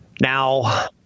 Now